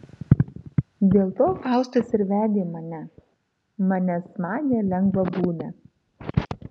dėl to faustas ir vedė mane mane smagią lengvabūdę